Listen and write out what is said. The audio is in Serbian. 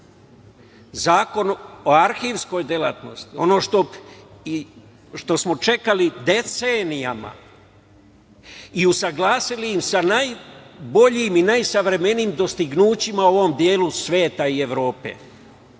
Zakon o arhivskoj delatnosti, ono što smo čekali decenijama i usaglasili sa najboljim i najsavremenijim dostignućima u ovom delu sveta i Evrope,